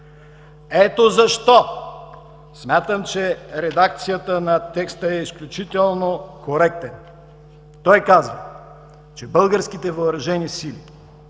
Ето защо смятам, че редакцията на текста е изключително коректна. Той казва, че Българските въоръжени сили